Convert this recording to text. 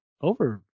over